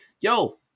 yo